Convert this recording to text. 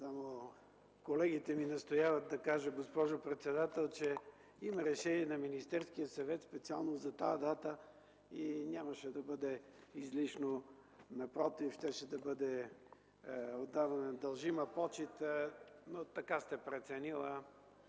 (СК): Колегите ми настояват да кажа, госпожо председател, че има решение на Министерския съвет специално за тази дата и нямаше да бъде излишно, напротив, щеше да бъде отдаване на дължима почит, но така сте преценила.